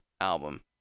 album